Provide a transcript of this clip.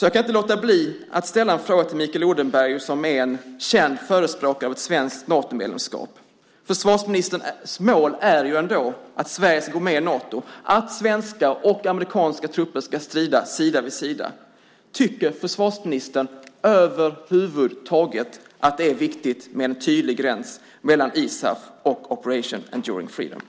Jag kan inte låta bli att ställa en fråga till Mikael Odenberg, som är en känd förespråkare av ett svenskt Natomedlemskap. Försvarsministerns mål är ju att Sverige ska gå med i Nato, att svenska och amerikanska trupper ska strida sida vid sida. Tycker försvarsministern över huvud taget att det är viktigt med en tydlig gräns mellan ISAF och Operation Enduring Freedom?